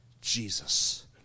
Jesus